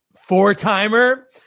Four-timer